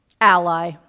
ally